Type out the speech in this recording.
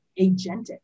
agentic